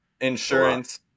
insurance